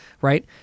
right